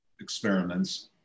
experiments